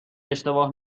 اشتباه